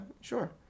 sure